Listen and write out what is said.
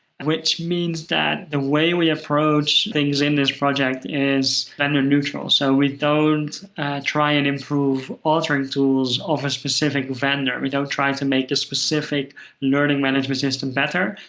which means that the way we approach things in this project is vendor neutral. so we don't try and improve altering tools of a specific vendor. we don't try and to make a specific learning management system better.